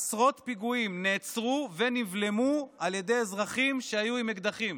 עשרות פיגועים נעצרו ונבלמו על ידי אזרחים שהיו עם אקדחים.